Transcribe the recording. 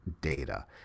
data